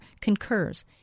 concurs